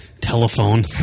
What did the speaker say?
Telephone